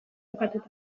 bukatuta